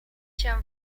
się